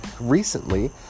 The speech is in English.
recently